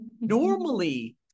Normally